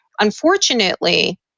Unfortunately